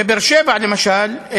ברהט, למשל,